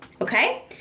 okay